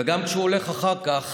וגם כשהוא הולך אחר כך